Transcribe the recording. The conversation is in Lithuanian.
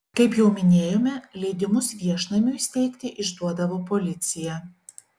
kaip jau minėjome leidimus viešnamiui steigti išduodavo policija